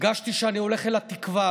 הרגשתי שאני הולך אל התקווה,